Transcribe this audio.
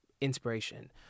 inspiration